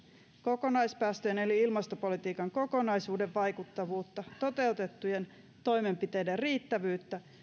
kokonaispäästöjen eli ilmastopolitiikan kokonaisuuden vaikuttavuutta ja toteutettujen toimenpiteiden riittävyyttä